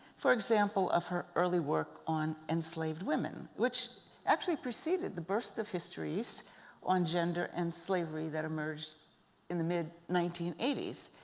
for example, of her early work on enslaved women which actually preceded the burst of histories on gender and slavery that emerged in the mid nineteen eighty s.